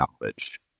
knowledge